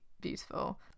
beautiful